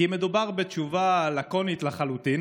כי מדובר בתשובה לקונית לחלוטין